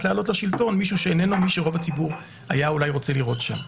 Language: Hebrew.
להעלות לשלטון מישהו שאיננו מי שרוב הציבור היה אולי רוצה לראות שם.